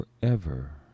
Forever